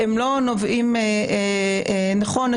נכון,